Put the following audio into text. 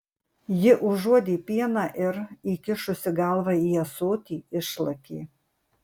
ji užuodė pieną ir įkišusi galvą į ąsotį išlakė